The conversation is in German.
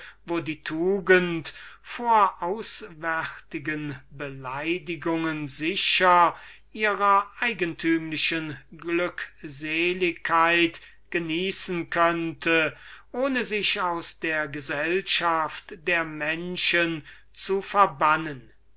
wo die tugend von auswärtigen beleidigungen sicher ihrer eigentümlichen glückseligkeit genießen könnte ohne sich aus der gesellschaft der menschen zu verbannen